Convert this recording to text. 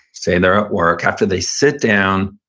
say they're at work, after they sit down,